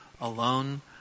Alone